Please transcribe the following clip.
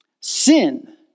Sin